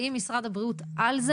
אז השאלה שלי היא האם משרד הבריאות על זה?